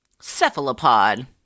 cephalopod